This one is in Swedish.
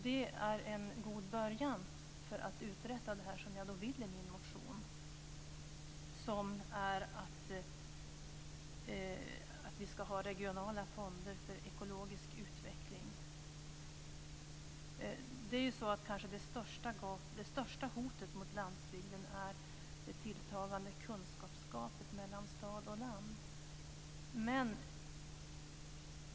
Det är en god början för att uträtta det jag vill i min motion. Det är att vi ska ha regionala fonder för ekologisk utveckling. Det största hotet mot landsbygden är det tilltagande kunskapsgapet mellan stad och land.